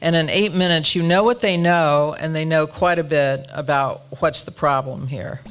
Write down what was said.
and in eight minutes you know what they know and they know quite a bit about what's the problem here